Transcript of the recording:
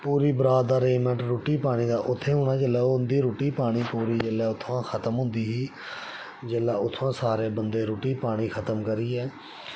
पूरी बारात दा अरेंजमैंट उत्थै होना जिल्लै उं'दी रुट्टी पानी खत्म हुंदी ही जेल्लै पूरी उत्थूआं सारे बंदे रुट्टी पानी खत्म करियै